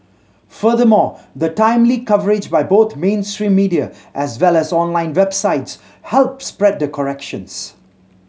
furthermore the timely coverage by both mainstream media as well as online websites help spread the corrections